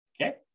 Okay